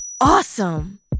Awesome